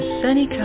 sunny